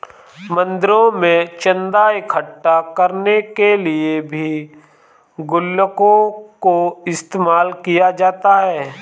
मंदिरों में चन्दा इकट्ठा करने के लिए भी गुल्लकों का इस्तेमाल किया जाता है